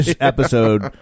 episode